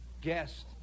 guest